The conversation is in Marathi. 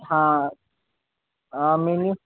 हा आम्ही